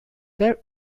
there